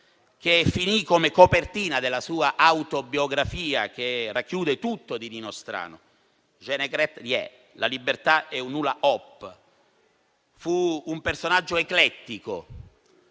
che finì come copertina della sua autobiografia, che racchiude tutto di Nino Strano, «*Je ne regrette rien*. La libertà è un hula hoop». Fu un personaggio eclettico,